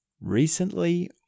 recently